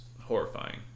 horrifying